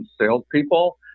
salespeople